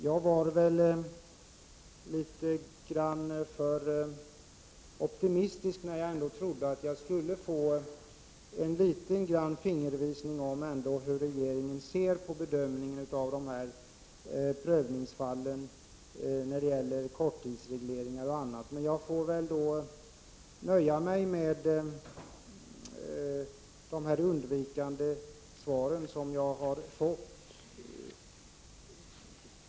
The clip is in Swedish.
Jag var kanske litet för optimistisk när jag trodde att jag ändå skulle få en liten fingervisning om hur regeringen ser på bedömningen av beprövnings fallen när det gäller korttidsregleringar och annat. Jag får väl nöja mig med de undvikande svar som jag har fått.